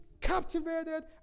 captivated